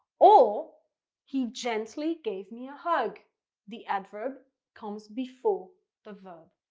or he gently gave me a hug the adverb comes before the verb.